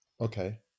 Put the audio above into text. Okay